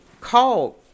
called